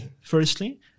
firstly